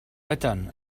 ydyn